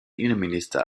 innenminister